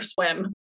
swim